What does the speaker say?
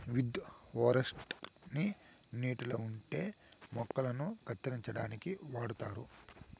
weed harvester ని నీటిలో ఉండే మొక్కలను కత్తిరించడానికి వాడుతారు